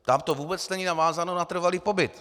Tam to vůbec není vázáno na trvalý pobyt.